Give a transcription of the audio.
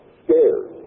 scared